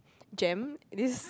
Jem this